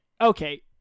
okay